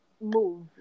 move